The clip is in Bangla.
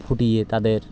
ফুটিয়ে তাদের